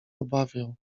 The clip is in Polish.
obawiał